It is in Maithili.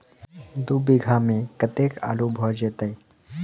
दु बीघा मे कतेक आलु भऽ जेतय?